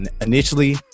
initially